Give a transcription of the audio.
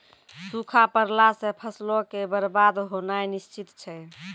सूखा पड़ला से फसलो के बरबाद होनाय निश्चित छै